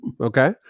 okay